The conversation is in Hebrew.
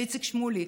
ואיציק שמולי,